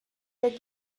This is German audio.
der